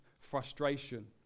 frustration